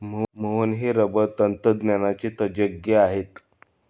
मोहन हे रबर तंत्रज्ञानाचे तज्ज्ञ आहेत